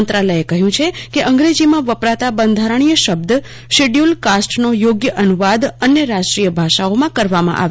મંત્રાલયે કહ્યું છે કે અંગ્રેજીમાં વપરાતા બંધારજીય શબ્દ શીડ્યૂલ કાસ્ટ નો યોગ્ય અનુવાદ અન્ય રાષ્ટ્રીય ભાષાઓમાં કરવામાં આવે